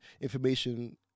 information